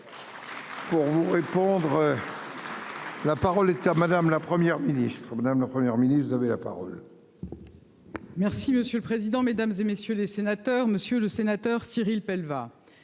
je vous remercie. La parole est à madame la Première ministre madame, la Première ministre avait la parole. Merci monsieur le président, Mesdames, et messieurs les sénateurs, Monsieur le Sénateur, Cyril va